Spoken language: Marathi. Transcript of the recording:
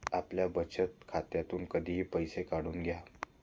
आपल्या बचत खात्यातून कधीही पैसे काढून घ्या